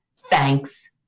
thanks